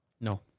No